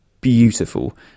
beautiful